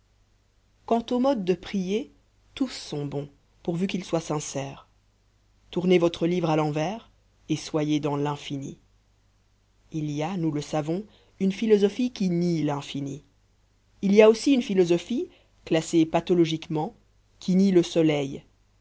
quant au mode de prier tous sont bons pourvu qu'ils soient sincères tournez votre livre à l'envers et soyez dans l'infini il y a nous le savons une philosophie qui nie l'infini il y a aussi une philosophie classée pathologiquement qui nie le soleil